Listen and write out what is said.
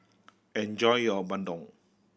enjoy your bandung